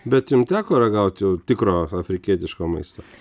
bet jum teko ragaut jau tikro afrikietiško maisto